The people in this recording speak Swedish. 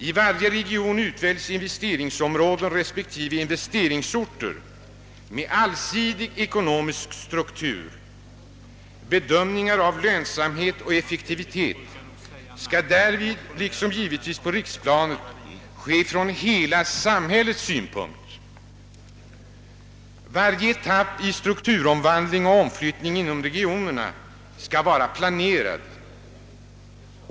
I varje region utväljs investeringsområden respektive investerinigsorter med allsidig ekonomisk struktur. Bedömningar av lönsamhet och effektivitet skall därvid, liksom givetvis på riksplanet, ske från hela samhällets synpunkt. Varje etapp i strukturomvandling och omflyttning inom regionerna skall vara planerad.